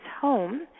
home